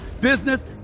business